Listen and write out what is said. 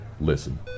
listen